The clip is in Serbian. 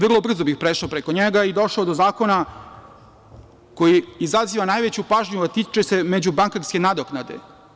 Vrlo brzo bih prešao preko njega i došao do zakona koji izaziva najveću pažnju, a tiče se međubankarske nadoknade.